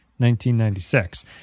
1996